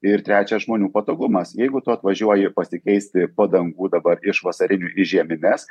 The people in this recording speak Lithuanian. ir trečia žmonių patogumas jeigu tu atvažiuoji pasikeisti padangų dabar iš vasarinių į žiemines